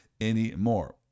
anymore